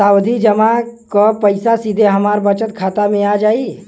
सावधि जमा क पैसा सीधे हमरे बचत खाता मे आ जाई?